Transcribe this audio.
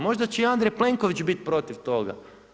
Možda će i Andrej Plenković biti protiv toga.